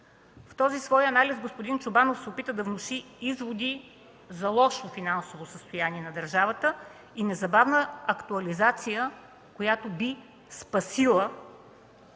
В този свой анализ господин Чобанов се опита да внуши изводи за лошо финансово състояние на държавата и незабавна актуализация, която би спасила